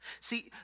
see